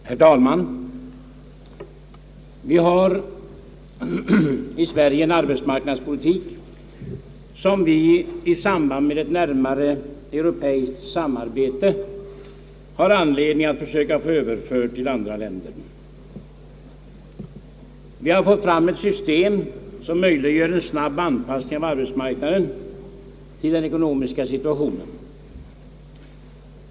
Herr talman! Vi har i Sverige en arbetsmarknadspolitik, som vi i samband med ett närmare europeiskt samarbete har anledning att försöka få överförd till andra länder. Vi har fått fram ett system som möjliggör en snabb anpassning av arbetsmarknadspolitiken till den ekonomiska situationen.